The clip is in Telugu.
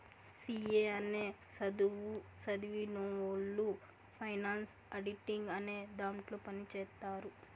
సి ఏ అనే సధువు సదివినవొళ్ళు ఫైనాన్స్ ఆడిటింగ్ అనే దాంట్లో పని చేత్తారు